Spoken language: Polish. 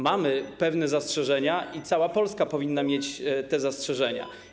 Mamy pewne zastrzeżenia i cała Polska powinna mieć te zastrzeżenia.